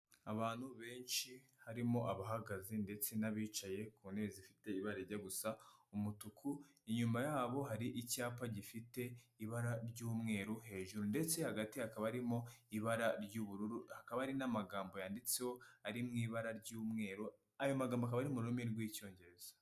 Abantu benshi harimo abahagaze ndetse n'abicaye ku ntebe zifite ibara rijya gusa umutuku, inyuma yabo hari icyapa gifite ibara ry'umweru hejuru ndetse hagati hakaba harimo ibara ry'ubururu, hakaba hari n'amagambo yanditseho ari mu ibara ry'umweru, ayo magambo akaba ari mu rurimi rw'Icyongereza.